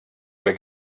oder